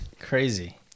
Crazy